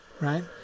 right